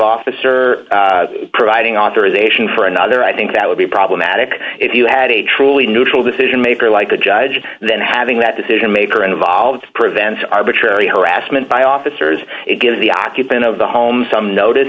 officer providing authorization for another i think that would be problematic if you had a truly neutral decision maker like a judge and then having that decision maker and evolve to prevent arbitrary harassment by officers getting the occupant of the home some notice